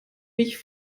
mich